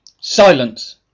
Silence